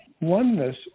oneness